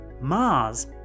Mars